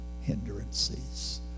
hindrances